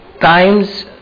times